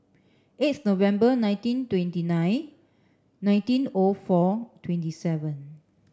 eighth November nineteen twenty nine nineteen O four twenty seven